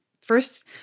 first